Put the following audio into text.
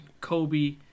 Kobe